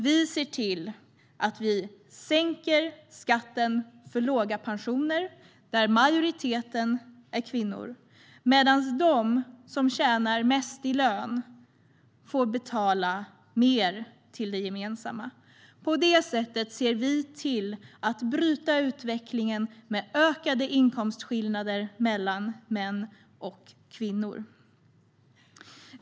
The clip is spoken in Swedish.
Vi sänker skatten för pensionärer med låga pensioner, framför allt kvinnor, medan de som tjänar mest får betala mer till det gemensamma. På detta sätt bryter vi utvecklingen mot ökade inkomstskillnader mellan män och kvinnor.